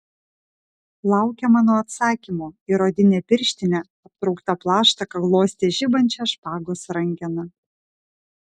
laukė mano atsakymo ir odine pirštine aptraukta plaštaka glostė žibančią špagos rankeną